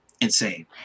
Insane